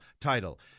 title